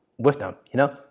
with them, you know?